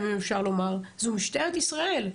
זו משטרת ישראל.